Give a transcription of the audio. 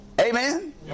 Amen